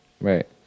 right